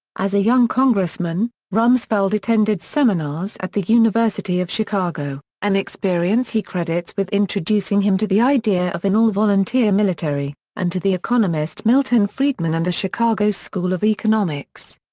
as a young congressman, rumsfeld attended seminars at the university of chicago, an experience he credits with introducing him to the idea of an all volunteer military, and to the economist milton friedman and the chicago school of economics.